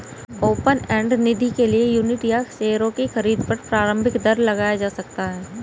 open end निधि के लिए यूनिट या शेयरों की खरीद पर प्रारम्भिक दर लगाया जा सकता है